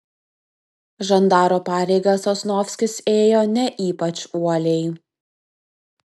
žandaro pareigas sosnovskis ėjo ne ypač uoliai